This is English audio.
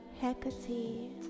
Hecate